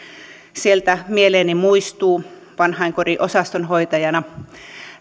sieltä mieleeni muistuu vanhainkodin osastonhoitajana